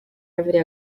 árvore